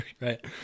Right